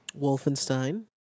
Wolfenstein